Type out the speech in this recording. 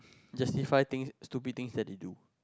justify thing stupid thing that he do